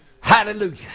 Hallelujah